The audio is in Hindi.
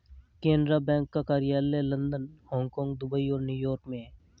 केनरा बैंक का कार्यालय लंदन हांगकांग दुबई और न्यू यॉर्क में है